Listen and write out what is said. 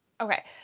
Okay